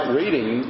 reading